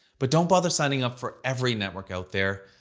but don't bother signing up for every network out there.